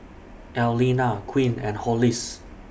Allena Quint and Hollis